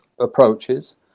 approaches